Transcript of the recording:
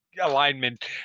alignment